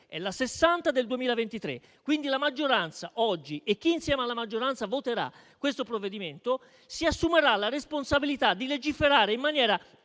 è la n. 60 del 2023. Quindi la maggioranza oggi e chi, insieme alla maggioranza, voterà questo provvedimento si assumerà la responsabilità di legiferare in maniera